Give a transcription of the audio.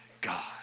God